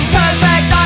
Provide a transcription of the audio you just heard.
perfect